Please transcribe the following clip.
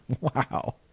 Wow